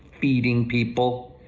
feeding people,